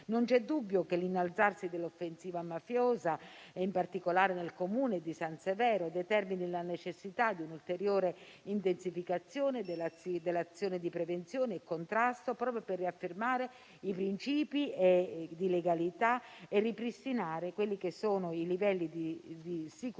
Non c'è dubbio che l'innalzarsi dell'offensiva mafiosa, in particolare nel comune di San Severo, determini la necessità di un'ulteriore intensificazione dell'azione di prevenzione e contrasto, proprio per riaffermare i principi di legalità e ripristinare i livelli di sicurezza